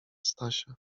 stasia